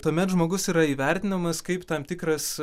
tuomet žmogus yra įvertinamas kaip tam tikras